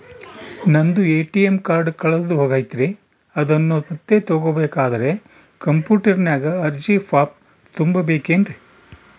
ನಂದು ATM card ಕಳೆದು ಹೋಗೈತ್ರಿ ಅದನ್ನು ಮತ್ತೆ ತಗೋಬೇಕಾದರೆ ಕಂಪ್ಯೂಟರ್ ನಾಗ ಅರ್ಜಿ ಫಾರಂ ತುಂಬಬೇಕನ್ರಿ?